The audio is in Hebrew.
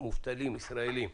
מובטלים ישראלים.